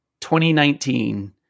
2019